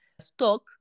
stock